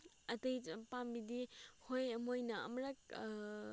ꯑꯇꯩ ꯄꯥꯝꯕꯤꯗꯤ ꯍꯣꯏ ꯃꯣꯏꯅ ꯑꯃꯔꯛ